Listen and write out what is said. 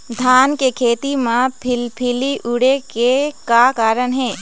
धान के खेती म फिलफिली उड़े के का कारण हे?